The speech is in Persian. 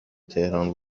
تهران